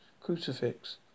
Crucifix